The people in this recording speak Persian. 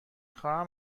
خواهم